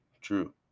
True